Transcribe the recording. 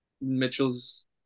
Mitchell's